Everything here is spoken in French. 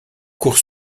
cour